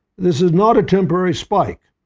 this is not a temporary spike.